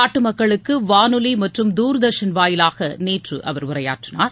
நாட்டு மக்களுக்கு வானொலி மற்றும் தூர்தர்ஷன் வாயிலாக நேற்று அவர் உரையாற்றினார்